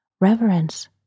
reverence